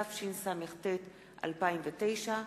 התשס"ט 2009,